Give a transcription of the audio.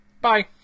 Bye